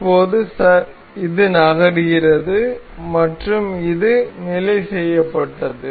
இப்போது இது நகர்கிறது மற்றும் இது நிலை செய்யப்பட்டது